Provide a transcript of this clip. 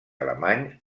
alemany